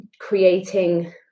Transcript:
creating